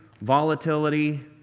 volatility